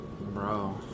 Bro